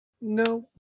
No